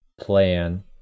plan